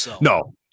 No